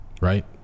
Right